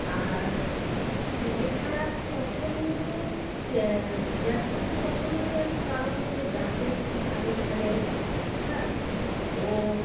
আর cricket খোর পছন্দ বিরাট কোহলিকে পছন্দ এর কারণ হচ্ছে বিরাট কোহলি খুব ভালো খেলেন হ্যাঁ ও